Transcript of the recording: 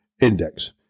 index